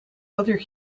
other